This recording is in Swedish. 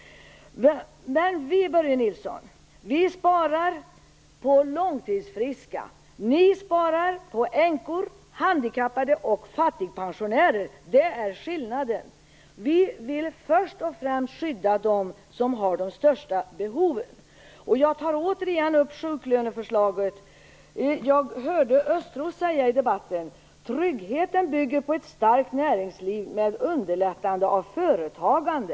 Börje Nilsson, vi sparar på långtidsfriska. Ni sparar på änkor, handikappade och fattigpensionärer. Det är det som är skillnaden. Vi vill först och främst skydda dem som har de största behoven. Jag tar återigen upp sjuklöneförslaget. Thomas Östros har i den debatten sagt: Tryggheten bygger på ett starkt näringsliv med underlättande av företagande.